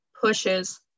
pushes